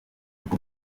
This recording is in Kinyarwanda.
ubwo